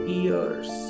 ears